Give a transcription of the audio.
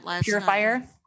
purifier